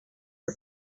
her